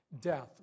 death